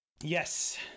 Yes